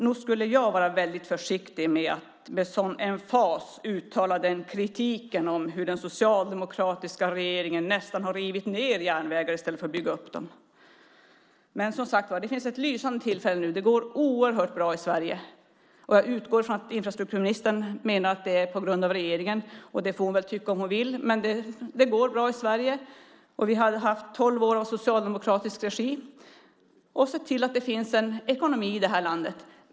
Nog skulle jag vara väldigt försiktig med att med sådan emfas uttala kritiken mot hur den socialdemokratiska regeringen nästan har rivit järnvägar i stället för att bygga dem. Som sagt var finns det nu ett lysande tillfälle. Det går oerhört bra för Sverige, och jag utgår från att infrastrukturministern menar att det är på grund av regeringen. Det får hon väl tycka om hon vill. Men det går bra för Sverige. Vi har haft tolv år av socialdemokratisk regim, och vi har sett till att det finns en ekonomi i det här landet.